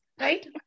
right